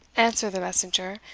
answered the messenger,